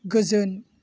गोजोन